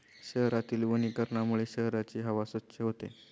शहरातील वनीकरणामुळे शहराची हवा स्वच्छ होते